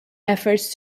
efforts